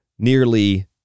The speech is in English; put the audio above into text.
Nearly